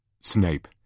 Snape